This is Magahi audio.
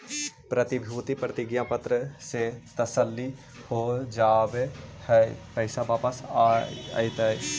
प्रतिभूति प्रतिज्ञा पत्र से तसल्ली हो जावअ हई की पैसा वापस अइतइ